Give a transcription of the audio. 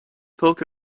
poke